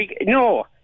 no